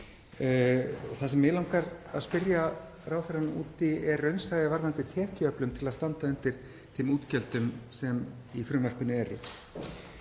Það sem mig langar að spyrja ráðherrann út í er raunsæi varðandi tekjuöflun til að standa undir þeim útgjöldum sem í frumvarpinu eru.